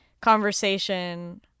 conversation